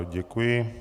Děkuji.